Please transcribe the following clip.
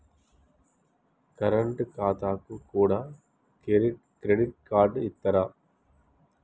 Current ఖాతాకు కూడా credit card ఇత్తరా?